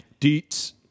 Deets